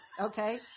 okay